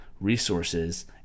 resources